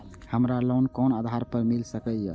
हमरा लोन कोन आधार पर मिल सके छे?